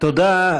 תודה.